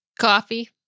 Coffee